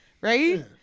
Right